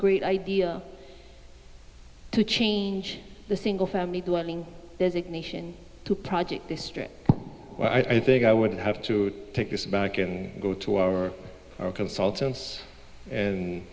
great idea to change the single family dwelling designation to project this trip well i think i would have to take this back and go to our consultants and